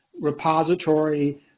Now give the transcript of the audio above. repository